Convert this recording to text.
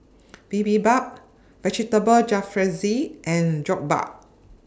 Bibimbap Vegetable Jalfrezi and Jokbal